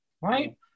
right